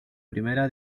primera